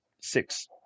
six